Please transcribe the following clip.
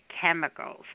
chemicals